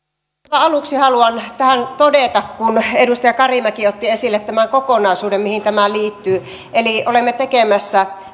aluksi haluan tähän todeta kun edustaja karimäki otti esille tämän kokonaisuuden mihin tämä liittyy että olemme tekemässä